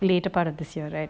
later part of this year right